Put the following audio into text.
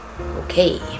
Okay